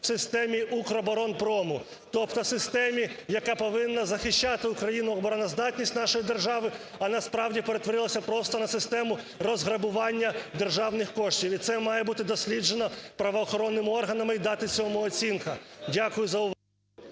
в системі "Укроборонпрому". Тобто в системі, яка повинна захищати Україну, обороноздатність нашої держави, а насправді перетворилася просто на систему розграбування державних коштів. І це має бути досліджено правоохоронними органами і датися цьому оцінка. Дякую за увагу.